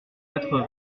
quatre